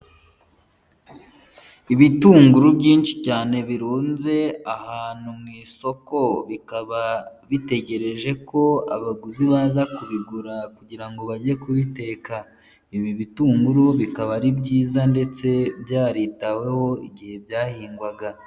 Ibitunguru byinshi cyane birunze ahantu mu isoko, bikaba bitegereje ko abaguzi baza kubigura kugira ngo bajye ku biteka, ibi bitunguru bikaba ari byiza ndetse byaritaweho igihe byahingwaga.